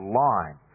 line